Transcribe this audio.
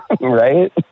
Right